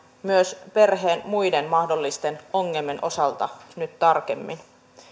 myös perheen muiden mahdollisten ongelmien osalta nyt tarkemmin